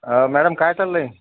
madam काय चाललंय